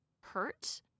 hurt